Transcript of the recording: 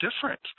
different